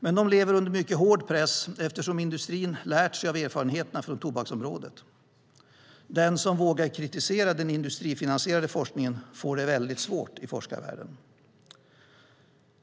De lever dock under mycket hård press, eftersom industrin har lärt sig av erfarenheterna från tobaksområdet. Den som vågar kritisera den industrifinansierade forskningen får det väldigt svårt i forskarvärlden.